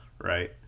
right